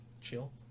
chill